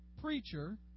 preacher